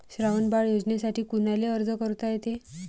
श्रावण बाळ योजनेसाठी कुनाले अर्ज करता येते?